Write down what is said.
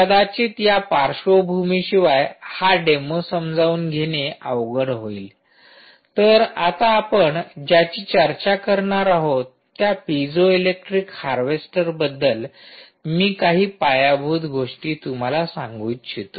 कदाचित या पार्श्वभूमी शिवाय हा डेमो समजावून घेणे अवघड होईल तर आता आपण ज्याची चर्चा करणार आहोत त्यापिझोइलेक्ट्रिक हार्वेस्टर बद्दल मी काही पायाभूत गोष्टी तुम्हाला सांगू इच्छितो